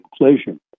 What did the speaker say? inflation